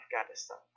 Afghanistan